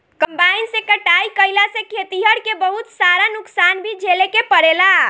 combine से कटाई कईला से खेतिहर के बहुत सारा नुकसान भी झेले के पड़ेला